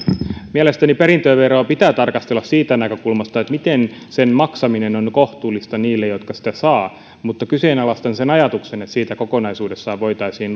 mielestäni perintöveroa pitää tarkastella siitä näkökulmasta miten sen maksaminen on kohtuullista niille jotka sitä maksavat mutta kyseenalaistan sen ajatuksen että siitä kokonaisuudessaan voitaisiin